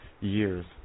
years